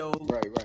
right